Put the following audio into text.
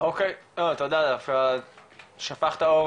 אוקיי, תודה, דווקא שפכת אור